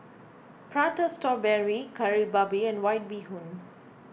Prata Strawberry Kari Babi and White Bee Hoon